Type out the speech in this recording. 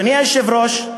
אדוני היושב-ראש,